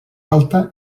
alta